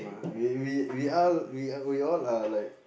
we we we are we oh we all are like